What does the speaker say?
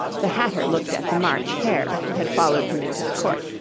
the hatter looked at the march hare, who had followed him into the court,